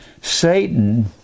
Satan